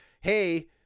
hey